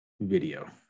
video